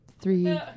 three